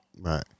Right